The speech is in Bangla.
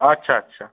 আচ্ছা আচ্ছা